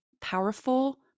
powerful